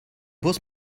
bus